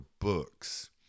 books